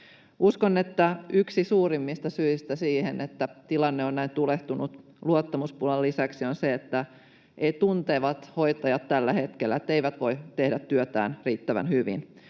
Uskon, että yksi suurimmista syistä siihen, että tilanne on näin tulehtunut, on luottamuspulan lisäksi se, että hoitajat tuntevat tällä hetkellä, että eivät voi tehdä työtään riittävän hyvin.